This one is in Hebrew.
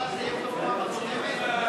יהיה כמו בפעם הקודמת?